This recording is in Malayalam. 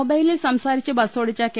മൊബൈലിൽ സംസാരിച്ച് ബസോടിച്ച കെ